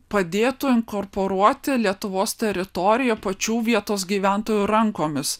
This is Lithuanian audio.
padėtų inkorporuoti lietuvos teritoriją pačių vietos gyventojų rankomis